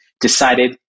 decided